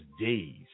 days